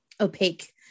opaque